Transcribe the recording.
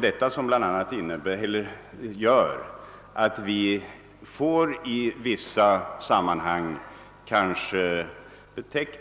Detta kan bl.a. medföra att vi i vissa sammanhang får